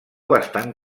bastant